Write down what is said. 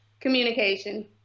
Communication